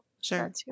Sure